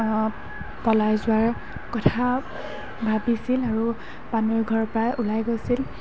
পলাই যোৱাৰ কথা ভাবিছিল আৰু পানৈ ঘৰৰ পৰা ওলাই গৈছিল